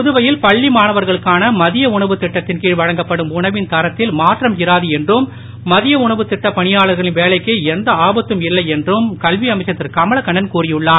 புதுவையில் பள்ளி மாணவர்களுக்கான மதிய உணவுத் தட்டத்தின் கழ் வழங்கப்படும் உணவின் தரத்தில் மாற்றம் இராது என்றும் மதிய உணவுத் திட்ட பணியாளர்களின் வேலைக்கு எந்த ஆபத்தும் இல்லை என்றும் கல்வி அமைச்சர் திருகமலக்கண்ணன் கூறியுள்ளார்